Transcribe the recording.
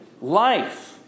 life